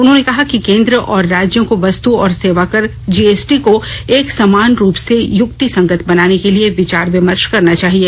उन्होंने कहा कि केन्द्र और राज्यों को वस्त और सेवाकर जीएसटी को एक समान रूप से युक्ति संगत बनाने के लिए विचार विमर्श करना चाहिए